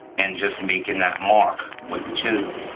and just makin' that mark with the chisel,